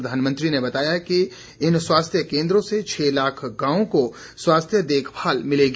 प्रधानमंत्री ने बताया कि इन स्वास्थ्य केंद्रों से छह लाख गांवों को स्वास्थ्य देखभाल मिलेगी